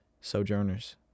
sojourners